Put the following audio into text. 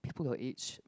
people your age